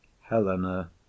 Helena